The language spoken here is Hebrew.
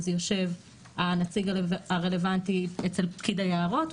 אז יושב הנציג הרלוונטי אצל פקיד היערות.